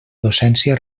docència